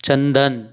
Chandan